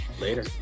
Later